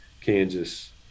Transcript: Kansas